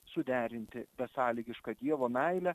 suderinti besąlygišką dievo meilę